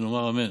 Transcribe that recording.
ונאמר אמן.